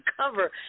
cover